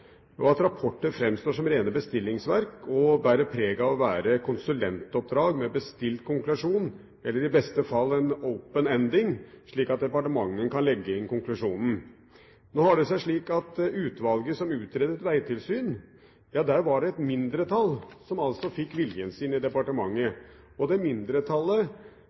og at rapporter framstår som rene bestillingsverk og bærer preg av å være konsulentoppdrag med bestilt konklusjon, eller i beste fall en «open ending», slik at departementet kan legge inn konklusjonen. Nå har det seg slik at i utvalget som utredet vegtilsyn, var det et mindretall som fikk viljen sin i departementet. Det mindretallet